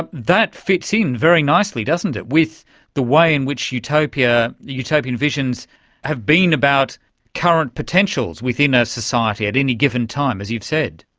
but that fits in very nicely, doesn't it, with the way in which the utopian visions have been about current potentials within a society at any given time, as you've said.